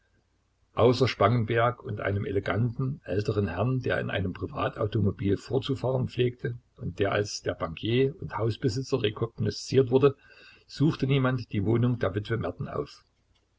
außer spangenberg und einem eleganten älteren herrn der in einem privatautomobil vorzufahren pflegte und der als der bankier und hausbesitzer rekognosziert wurde suchte niemand die wohnung der witwe merten auf